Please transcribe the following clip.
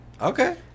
okay